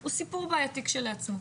הוא סיפור בעייתי כשלעצמו,